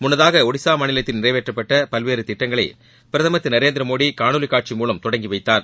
முன்னதாக ஒடிசா மாநிலத்தில் நிறைவேற்றப்பட்ட பல்வேறு திட்டங்களை பிரதமர் திரு நரேந்திரமோடி காணொலி காட்சி மூலம் தொடங்கி வைத்தார்